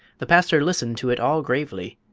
the pastor listened to it all gravely,